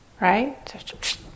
right